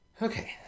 okay